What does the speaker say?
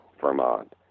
Vermont